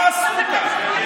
לא עשו כך.